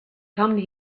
come